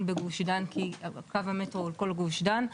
בגוש דן כי קו המטרו הוא כל גוש דן.